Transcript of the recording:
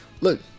look